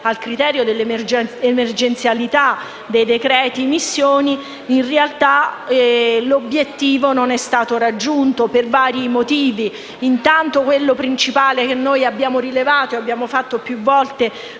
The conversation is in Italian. al criterio dell'emergenzialità dei decreti-legge sulle missioni, in realtà l'obiettivo non è stato raggiunto per vari motivi. Quello principale che noi abbiamo rilevato e che abbiamo fatto più volte